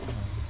um